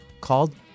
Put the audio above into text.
called